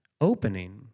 opening